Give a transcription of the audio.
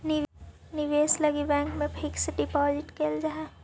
निवेश लगी बैंक में फिक्स डिपाजिट कैल जा हई